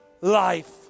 life